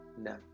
No